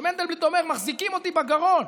שמנדלבליט אומר: מחזיקים אותי בגרון,